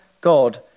God